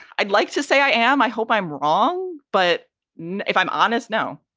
i'd like to say i am i hope i'm wrong. but if i'm honest, no,